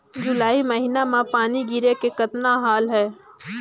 जुलाई महीना म पानी गिरे के कतना हाल हे?